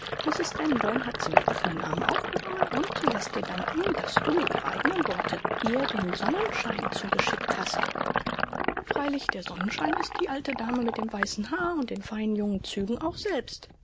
hatte sie mit offenen armen aufgenommen und sie läßt dir danken daß du ihre eigenen worte ihr den sonnenschein zugeschickt hast freilich der sonnenschein ist die alte dame mit dem weißen haar und den feinen jungen zügen auch selbst